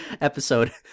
episode